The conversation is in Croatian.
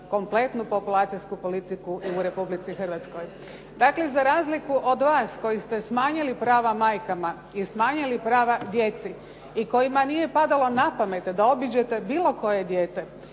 kompletnu populacijsku politiku u Republici Hrvatskoj. Dakle, za razliku od vas koji ste smanjili prava majkama i smanjili prava djeci i kojima nije padalo na pamet da obiđete bilo koje dijete